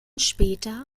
später